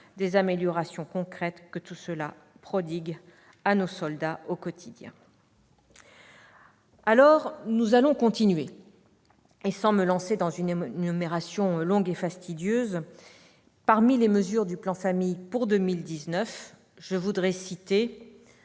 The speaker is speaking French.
des améliorations concrètes que tout cela apporte à nos soldats au quotidien. Alors, nous allons continuer et, sans me lancer dans une énumération longue et fastidieuse, je voudrais citer, parmi les mesures du plan Famille pour 2019, un accroissement